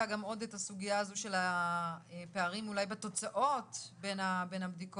מאוד את הסוגיה הזו של הפערים בתוצאות בין הבדיקות.